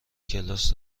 کلاس